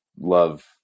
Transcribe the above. love